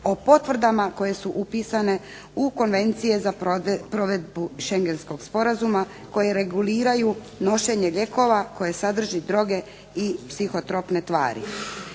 o potvrdama koje su upisane u Konvencije za provedbu Shengenskog sporazuma koje reguliraju nošenje lijekova koje sadrži droge i psihotropne tvari.